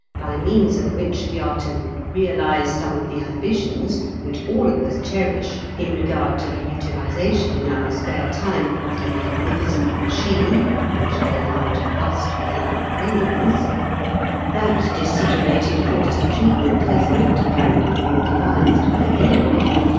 by means of which we are to realize some of the ambitions which all of us cherish in regard to the utilization in our spare time of the magnificent machine which we allow to rust within our craniums that desiderated course of treatment has not apparently been devised by anybody.